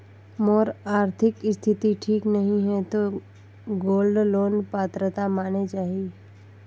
मोर आरथिक स्थिति ठीक नहीं है तो गोल्ड लोन पात्रता माने जाहि?